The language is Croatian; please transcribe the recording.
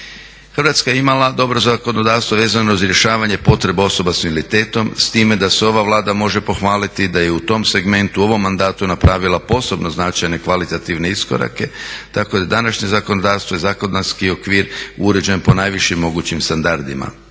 Hrvatska je imala dobro zakonodavstvo vezano uz rješavanje potreba osoba s invaliditetom s time da se ova Vlada može pohvaliti da je u tom segmentu u ovom mandatu napravila posebno značajne kvalitativne iskorake tako da je današnje zakonodavstvo i zakonski okvir uređen po najvišim mogućim standardima.